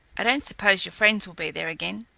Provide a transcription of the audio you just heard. i don't suppose your friends will be there again.